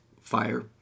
fire